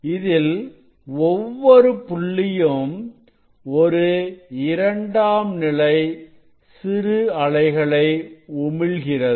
இதில் ஒவ்வொரு புள்ளியும் ஒரு இரண்டாம் நிலை சிறு அலைகளை உமிழ்கிறது